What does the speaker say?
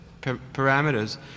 parameters